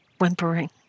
whimpering